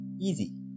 easy